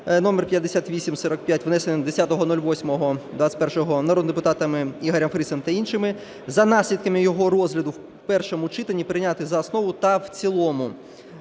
(№ 5845), внесений 10.08.21 народними депутатами Ігорем Фрісом та іншими, за наслідками його розгляду в першому читанні прийняти за основу та в цілому